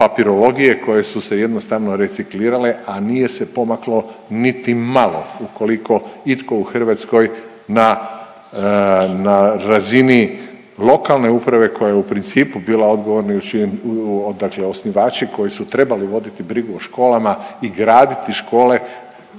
papirologije koje su se jednostavno reciklirale, a nije se pomaklo niti malo ukoliko itko u Hrvatskoj na, na razini lokalne uprave koja je u principu bila odgovorna i u čijem u dakle osnivači koji su trebali voditi brigu o školama i graditi škole